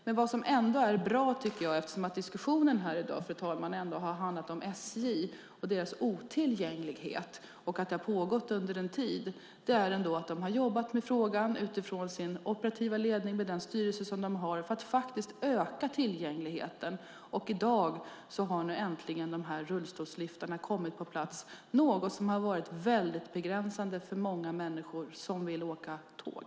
Det som är bra, eftersom diskussionen här i dag, fru talman, har handlat om SJ och den otillgänglighet som har pågått under en tid, är att SJ:s operativa ledning och styrelse har jobbat för att öka tillgängligheten. I dag har rullstolsliftarna äntligen kommit på plats. Avsaknaden av rullstolsliftar har varit väldigt begränsande för många människor som vill åka tåg.